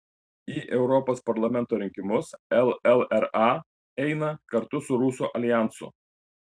į europos parlamento rinkimus llra eina kartu su rusų aljansu